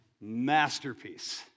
masterpiece